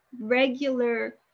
regular